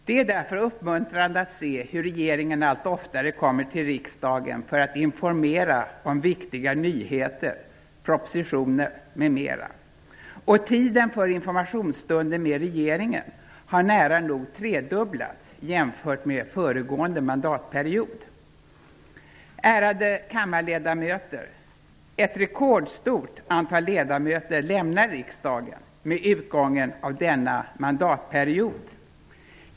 Det är därför uppmuntrande att se hur regeringen allt oftare kommer till riksdagen för att informera om viktiga nyheter, propositioner m.m. Tiden för informationsstunder med regeringen har nära nog tredubblats, jämfört med föregående mandatperiod. Ärade kammarledamöter! Ett rekordstort antal ledamöter lämnar riksdagen med utgången av denna mandatperiod.